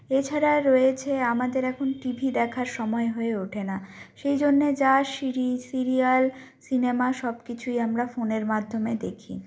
এছাড়া রয়েছে আমাদের এখন টি ভি দেখার সময় হয়ে ওঠে না সেই জন্যে যা সিরিজ সিরিয়াল সিনেমা সব কিছুই আমরা ফোনের মাধ্যমে দেখি